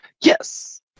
Yes